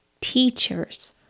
Teachers